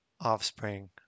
offspring